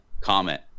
comment